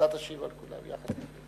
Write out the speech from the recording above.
אתה תשיב על כולן יחד.